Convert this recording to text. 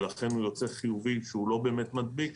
ולכן הוא יוצא חיובי כשהוא לא באמת מדביק,